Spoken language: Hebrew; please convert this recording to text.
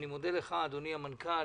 אני מודה לך אדוני המנכ"ל.